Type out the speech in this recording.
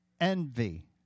envy